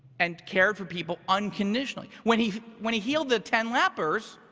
and cared for people unconditionally. when he when he healed the ten lepers,